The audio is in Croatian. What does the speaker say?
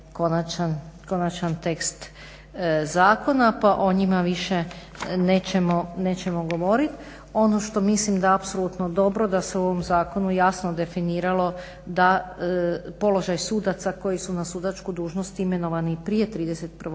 konačan tekst zakona, pa o njima više nećemo govorit. Ono što mislim da je apsolutno dobro da se u ovom zakonu jasno definiralo da položaj sudaca koji su na sudačku dužnost imenovani prije 31.